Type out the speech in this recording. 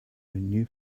new